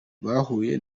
bahuye